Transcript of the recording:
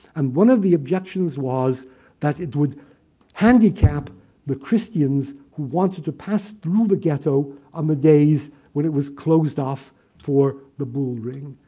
and one of the objections was that it would handicap the christians who wanted to pass through the ghetto on the days when it was closed off for the bullring.